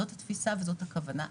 זאת התפיסה וזאת הכוונה.